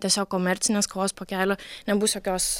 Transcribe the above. tiesiog komercinės kavos pakelio nebus jokios